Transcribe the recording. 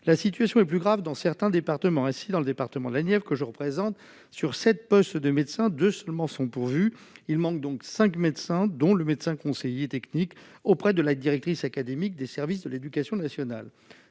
La situation est plus grave dans certains départements. Ainsi, dans la Nièvre, département que je représente, sur sept postes de médecins seulement deux sont pourvus. Il manque donc cinq médecins, notamment le médecin conseiller technique auprès de la directrice académique des services de l'éducation nationale.